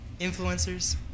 influencers